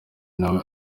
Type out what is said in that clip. nawe